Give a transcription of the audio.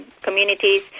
communities